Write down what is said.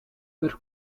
per